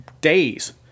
days